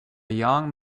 young